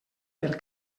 pel